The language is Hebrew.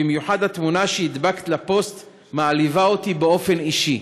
במיוחד התמונה שהדבקת לפוסט מעליבה אותי באופן אישי.